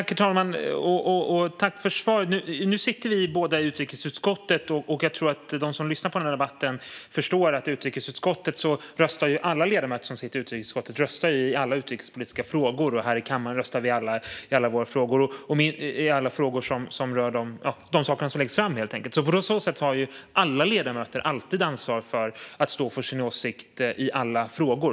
Herr talman! Jag tackar ledamoten för svaret. Nu sitter vi båda i utrikesutskottet, och jag tror att de som lyssnar på den här debatten förstår att alla ledamöter som sitter i utrikesutskottet röstar i alla utrikespolitiska frågor. Här i kammaren röstar vi i alla frågor som läggs fram. På så sätt har alla ledamöter alltid ansvar för att stå för sin åsikt i alla frågor.